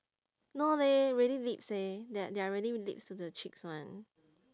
no leh really lips eh the~ they are really lips to the cheeks one